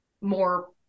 more